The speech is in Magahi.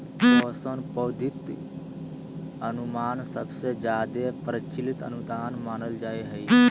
पोषण पद्धति अनुमान सबसे जादे प्रचलित अनुदान मानल जा हय